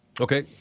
Okay